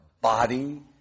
body